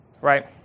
Right